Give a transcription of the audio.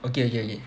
okay okay okay